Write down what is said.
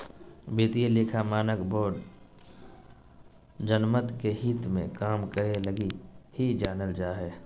वित्तीय लेखा मानक बोर्ड जनमत के हित मे काम करे लगी ही जानल जा हय